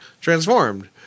transformed